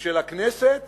של הכנסת